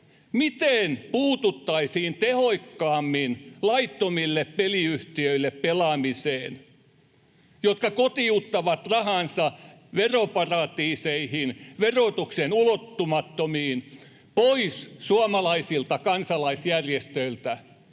miten puututtaisiin tehokkaammin laittomille peliyhtiöille pelaamiseen, jotka kotiuttavat rahansa veroparatiiseihin verotuksen ulottumattomiin pois suomalaisilta kansalaisjärjestöiltä.